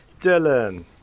Dylan